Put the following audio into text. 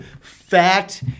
fat